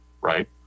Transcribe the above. right